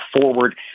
forward